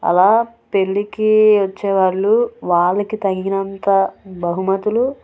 అలా పెళ్లికి వచ్చేవాళ్ళు వాళ్ళకి తగినంత బహుమతులు